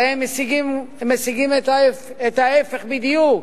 הרי הם משיגים את ההיפך בדיוק,